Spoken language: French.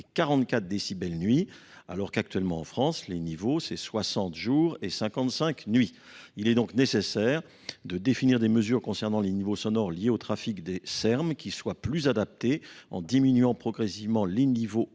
si belles nuit alors qu'actuellement en france les niveaux c'est soixante jours et cinquante cinq nuits il est donc nécessaire de définir des mesures concernant les niveaux sonores liés au trafic de er ms qui soient plus adaptés en diminuant progressivement les niveaux